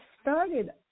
started